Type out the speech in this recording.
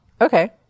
Okay